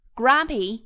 grumpy